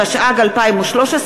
התשע"ג 2013,